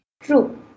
True